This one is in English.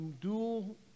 dual